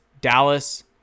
Dallas